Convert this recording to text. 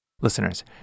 Listeners